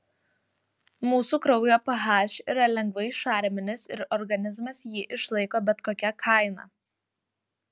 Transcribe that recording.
mūsų kraujo ph yra lengvai šarminis ir organizmas jį išlaiko bet kokia kaina